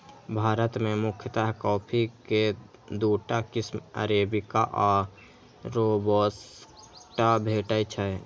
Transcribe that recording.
भारत मे मुख्यतः कॉफी के दूटा किस्म अरेबिका आ रोबास्टा भेटै छै